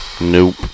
Nope